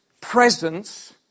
presence